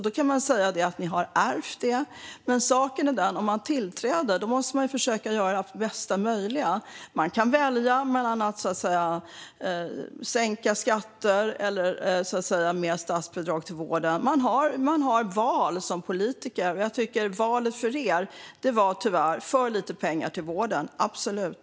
Ni kan säga att ni har ärvt den, men om man tillträder måste man ju försöka göra det bästa möjliga. Man kan välja att sänka skatter eller att ge mer statsbidrag till vården. Som politiker har man val, och valet för er var tyvärr att ge för lite pengar till vården - absolut!